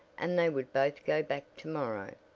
and they would both go back to-morrow.